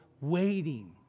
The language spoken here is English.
waiting